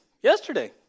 yesterday